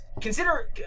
consider